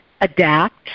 adapt